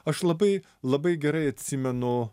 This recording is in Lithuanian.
aš labai labai gerai atsimenu